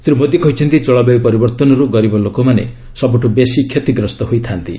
ଶ୍ରୀ ମୋଦୀ କହିଛନ୍ତି ଜଳବାୟୁ ପରିବର୍ତ୍ତନରୁ ଗରିବ ଲୋକମାନେ ସବୁଠୁ ବେଶି କ୍ଷତିଗ୍ରସ୍ତ ହୋଇଥାନ୍ତି